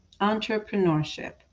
entrepreneurship